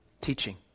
teaching